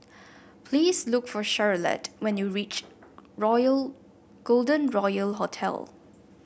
please look for Charolette when you reach Royal Golden Royal Hotel